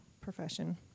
profession